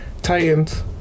Titans